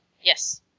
Yes